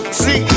see